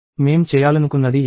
మేం చేయాలనుకున్నది ఇదే